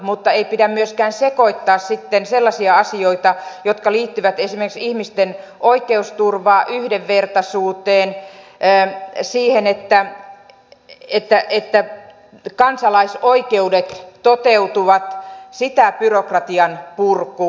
mutta ei pidä myöskään sekoittaa sitten sellaisia asioita jotka liittyvät esimerkiksi ihmisten oikeusturvaan yhdenvertaisuuteen siihen että kansalaisoikeudet toteutuvat byrokratian purkuun